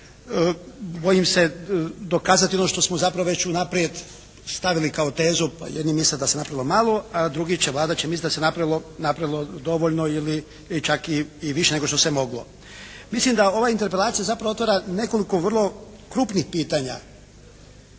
bojim se dokazati ono što smo zapravo već unaprijed stavili kao tezu pa jedni misle da se napravilo malo, a drugi će, Vlada će misliti da se napravilo dovoljno ili čak i više nego što se moglo. Mislim da ova interpelacija zapravo otvara nekoliko vrlo krupnih pitanja